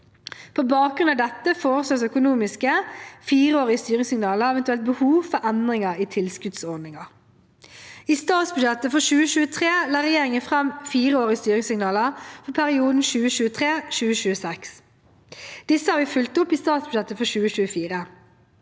På bakgrunn av dette foreslås økonomiske fireårige styringssignaler og eventuelle behov for endringer i tilskuddsordninger. I statsbudsjettet for 2023 la regjeringen fram fireårige styringssignaler, for perioden 2023–2026. Disse har vi fulgt opp i statsbudsjettet for 2024.